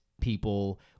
people